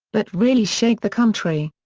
but really shake the country.